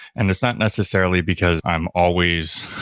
and it's not necessarily because i'm always